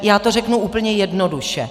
Já to řeknu úplně jednoduše.